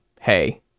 hey